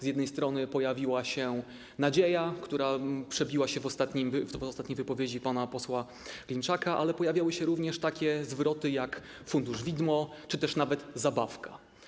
Z jednej strony pojawiła się nadzieja, która przebiła się w ostatniej wypowiedzi pana posła Klimczaka, ale pojawiały się również takie zwroty jak ˝fundusz widmo˝ czy nawet ˝zabawka˝